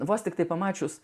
vos tiktai pamačius